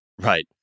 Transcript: Right